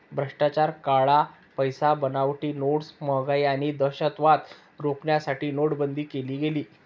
भ्रष्टाचार, काळा पैसा, बनावटी नोट्स, महागाई आणि दहशतवाद रोखण्यासाठी नोटाबंदी केली गेली